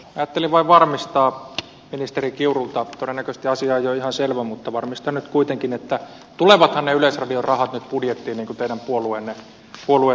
ajattelin vain varmistaa ministeri kiurulta todennäköisesti asia on jo ihan selvä mutta varmistan nyt kuitenkin että tulevathan ne yleisradion rahat nyt budjettiin niin kuin teidän puolueenne esittää